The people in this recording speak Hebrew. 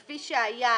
כפי שהיה